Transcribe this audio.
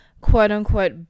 quote-unquote